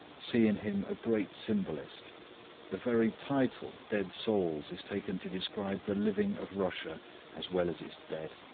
see in him a great symbolist the very title dead souls is taken to describe the living of russia as well as its dead.